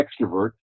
extrovert